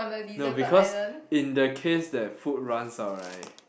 no because in the case that food runs out right